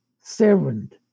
servant